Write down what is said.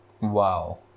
wow